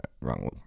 Wrong